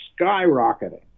skyrocketing